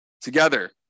together